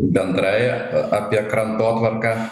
bendrai apie krantotvarką